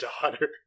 daughter